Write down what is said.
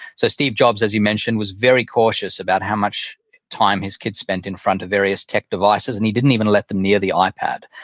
so steve jobs, as you mentioned, was very cautious about how much time his kids spent in front of various tech devices and he didn't even let them near the ah ipad,